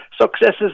Successes